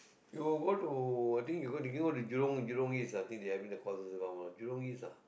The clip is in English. you go to I think you go to go to jurong jurong East ah I think they having the courses around ah jurong East ah